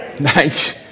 Nice